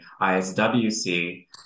iswc